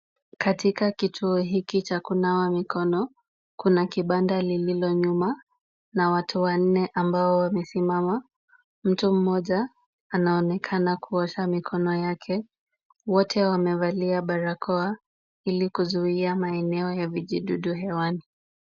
Katika kituo hiki cha kunawa mikono, kuna kibanda lililo nyuma na watu wanne ambao wamesimama. Mtu mmoja anaonekana kuosha mikono yake. Wote wamevalia barakoa ili kuzuia maeneo ya vijidudu hewani.